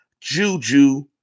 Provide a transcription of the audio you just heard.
Juju